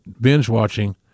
binge-watching